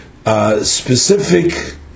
specific